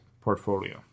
portfolio